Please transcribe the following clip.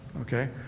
okay